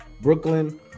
Brooklyn